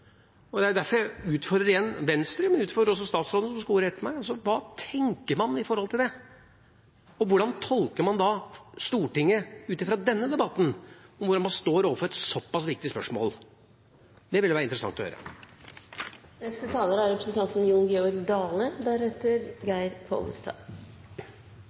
Det er derfor jeg igjen utfordrer Venstre, men jeg utfordrer også statsråden, som skal ha ordet etter meg: Hva tenker man om det? Og hvordan tolker man Stortinget ut fra denne debatten, om hvordan man står i et så pass viktig spørsmål? Det ville det være interessant å